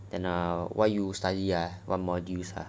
then err what you study ah what modules ah